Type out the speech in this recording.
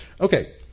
Okay